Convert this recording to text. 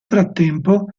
frattempo